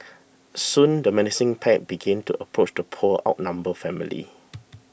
soon the menacing pack begin to approach the poor outnumbered family